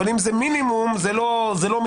אבל אם זה מינימום זה לא מידתי,